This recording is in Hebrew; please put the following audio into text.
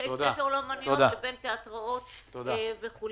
בתי ספר לאומנויות לבין תיאטראות וכו'.